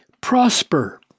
prosper